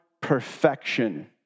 perfection